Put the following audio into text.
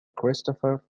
christopher